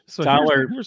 Tyler